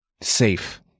safe